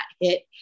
hit